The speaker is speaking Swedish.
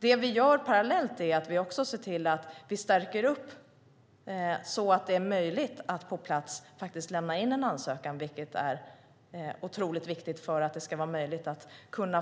Det vi gör parallellt är att se till att stärka upp så att det är möjligt att på plats lämna in en ansökan, vilket är otroligt viktigt för att det ska vara möjligt att